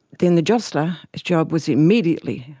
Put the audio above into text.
then the jostler's job was immediately,